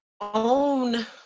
own